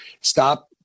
stop